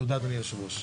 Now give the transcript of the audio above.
תודה, אדוני היושב-ראש.